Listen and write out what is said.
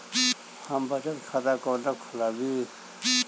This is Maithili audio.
हम बचत खाता कोना खोलाबी?